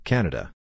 Canada